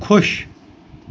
خۄش